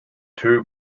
two